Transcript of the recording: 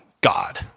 God